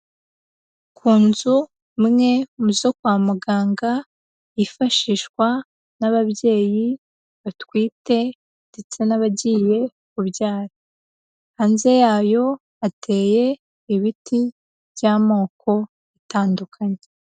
Ku nzu imwe mu zo kwa muganga yifashishwa n'ababyeyi batwite ndetse n'abagiye kubyara, hanze yayo hateye ibiti by'amoko atandukanye.